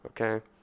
okay